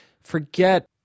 Forget